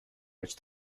which